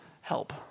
Help